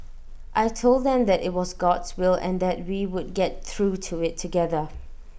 I Told them that IT was God's will and that we would get through IT together